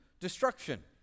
destruction